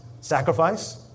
Sacrifice